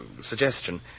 suggestion